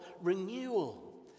renewal